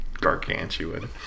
gargantuan